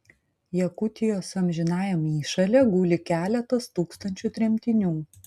jakutijos amžinajam įšale guli keletas tūkstančių tremtinių